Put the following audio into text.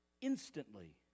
instantly